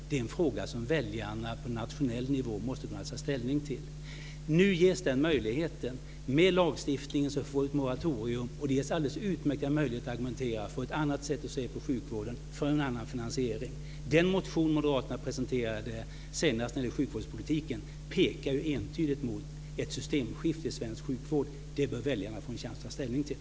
Det är en fråga som väljarna på nationell nivå måste kunna ta ställning till. Nu ges den möjligheten. Med lagstiftningen får vi ett moratorium, och det ger oss alldeles utmärkta möjligheter att argumentera för ett annat sätt att se på sjukvården och för en annan finansiering. Den motion som Moderaterna presenterade senast när det gäller sjukvårdspolitiken pekar entydigt mot ett systemskifte i svensk sjukvård. Det bör väljarna få en chans att ta ställning till.